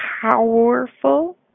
powerful